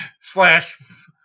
Slash